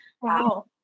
Wow